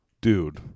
dude